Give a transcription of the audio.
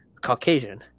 Caucasian